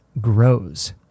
grows